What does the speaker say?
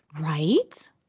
Right